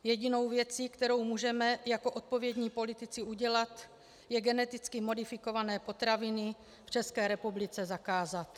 Jedinou věcí, jakou můžeme jako odpovědní politici udělat, je geneticky modifikované potraviny v České republice zakázat.